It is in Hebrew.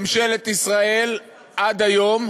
ממשלת ישראל עד היום